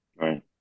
Right